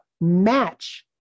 match